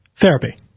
Therapy